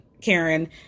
Karen